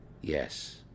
Yes